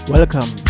Welcome